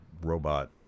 robot